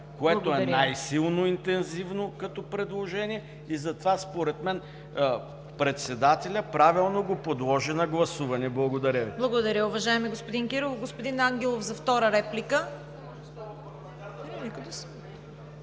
което е най-силно интензивно като предложение и затова според мен председателят правилно го подложи на гласуване. Благодаря. ПРЕДСЕДАТЕЛ ЦВЕТА КАРАЯНЧЕВА: Благодаря, уважаеми господин Кирилов. Господин Ангелов – втора реплика.